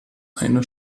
eine